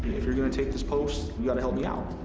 if you're gonna take this post, you've got to help me out.